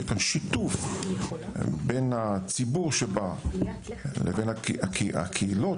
שיהיה כאן שיתוף בין הציבור שבא לבין הקהילות,